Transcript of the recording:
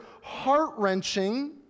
heart-wrenching